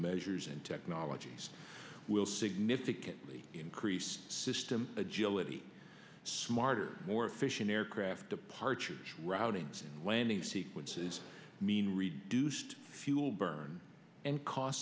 measures and technologies will significantly increase system agility smarter more efficient aircraft departures routing and landing sequences mean reduced fuel burn and cost